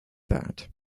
that